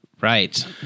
Right